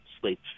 sleep